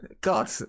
God